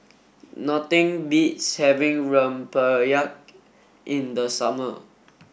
nothing beats having Rempeyek in the summer